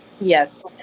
Yes